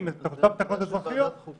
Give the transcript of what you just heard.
את אותן תקנות אזרחיות --- זה עבודה של ועדת חוקה.